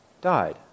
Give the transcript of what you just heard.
died